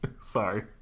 Sorry